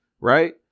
right